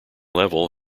level